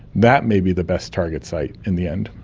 that may be the best target site in the end.